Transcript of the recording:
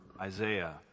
Isaiah